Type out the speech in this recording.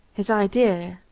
his idea,